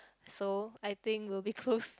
so I think will be close